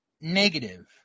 negative